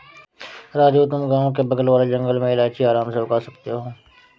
राजू तुम गांव के बगल वाले जंगल में इलायची आराम से उगा सकते हो